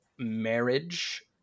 marriage